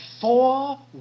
four